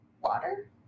water